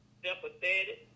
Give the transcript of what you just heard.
sympathetic